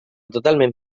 totalment